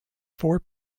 four